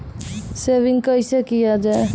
Saving कैसै किया जाय?